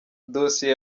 dosiye